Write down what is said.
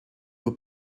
have